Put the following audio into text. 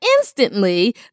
instantly